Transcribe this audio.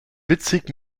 witzig